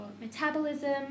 metabolism